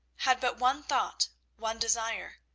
had but one thought, one desire.